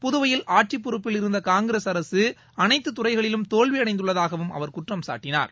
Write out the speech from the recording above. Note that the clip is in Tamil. புதவையில் ஆட்சிப் பொறுப்பில் இருந்த காங்கிரஸ் அரசு அனைத்து துறைகளிலும் தோல்வியடைந்துள்ளதாகவும் அவர் குற்றம்சாட்டினார்